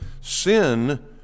sin